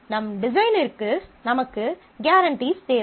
நம் டிசைனிற்கு நமக்கு கியாரண்டிஸ் தேவை